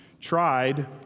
tried